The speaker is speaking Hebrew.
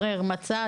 שימו אצלי.